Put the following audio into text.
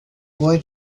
boy